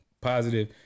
positive